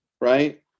right